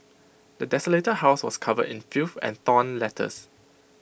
the desolated house was covered in filth and torn letters